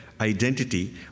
identity